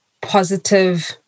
positive